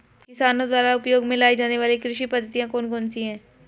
किसानों द्वारा उपयोग में लाई जाने वाली कृषि पद्धतियाँ कौन कौन सी हैं?